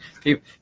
people